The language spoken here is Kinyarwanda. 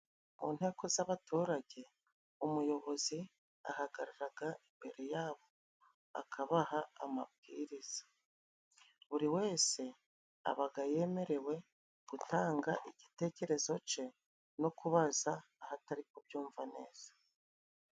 Mu nteko z'abaturage umuyobozi ahagararaga imbere yabo akabaha amabwiriza buri wese abaga yemerewe gutanga igitekerezo ce no kubaza ahatari kubyumva neza.